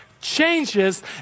changes